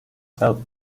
help